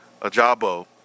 Ajabo